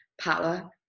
power